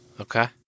Okay